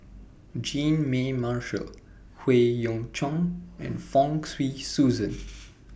Jean Mary Marshall Howe Yoon Chong and Fong Swee Suan